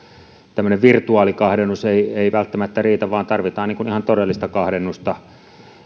tämmöinen virtuaalikahdennus ei ei välttämättä riitä vaan tarvitaan ihan todellista kahdennusta